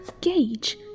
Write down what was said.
Gage